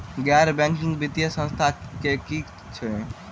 गैर बैंकिंग वित्तीय संस्था केँ कुन अछि?